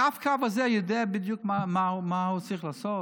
הרב-קו הזה יודע בדיוק מה הוא צריך לעשות?